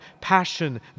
passion